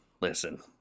listen